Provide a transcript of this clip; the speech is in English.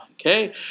okay